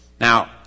Now